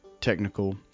technical